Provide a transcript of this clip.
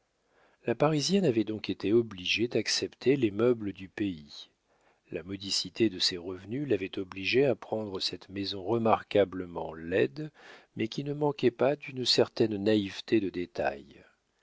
la parisienne avait donc été obligée d'accepter les meubles du pays la modicité de ses revenus l'avait obligée à prendre cette maison remarquablement laide mais qui ne manquait pas d'une certaine naïveté de détails